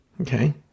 okay